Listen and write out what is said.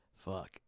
Fuck